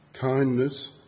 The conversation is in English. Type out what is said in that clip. kindness